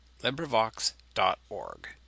LibriVox.org